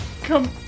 Come